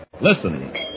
Listen